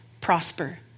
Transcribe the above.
prosper